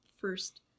first